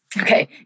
Okay